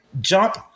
jump